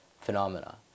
phenomena